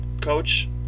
coach